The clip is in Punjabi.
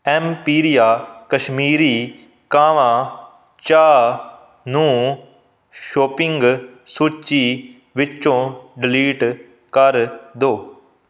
ਐਮਪੀਰੀਆ ਕਸ਼ਮੀਰੀ ਕਾਹਵਾ ਚਾਹ ਨੂੰ ਸ਼ੋਪਿੰਗ ਸੂਚੀ ਵਿੱਚੋਂ ਡਿਲੀਟ ਕਰ ਦਿਉ